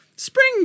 Spring